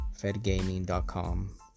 fedgaming.com